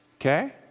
Okay